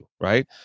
Right